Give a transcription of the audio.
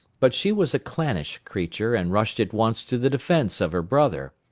but she was a clannish creature, and rushed at once to the defence of her brother.